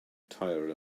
tired